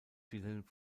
wilhelm